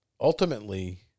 ultimately